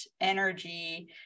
energy